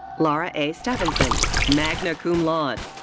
lara a. stefansson, magna cum laude.